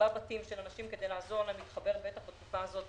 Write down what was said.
בבתים של אנשים כדי לעזור להם להתחבר בטח בתקופה הזאת